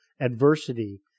adversity